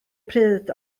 pryd